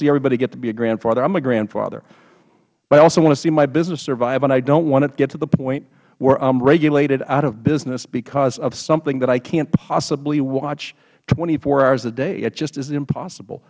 see everybody get to be a grandfather i am a grandfather i also want to see my business survive and i dont want it to get to the point where i am regulated out of business because of something that i cant possibly watch twenty four hour a day it just is impossible